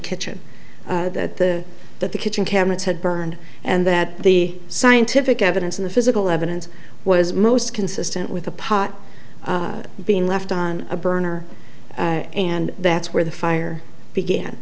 kitchen that the that the kitchen cabinets had burned and that the scientific evidence in the physical evidence was most consistent with the pot being left on a burner and that's where the fire began